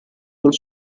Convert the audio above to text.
col